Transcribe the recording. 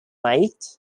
night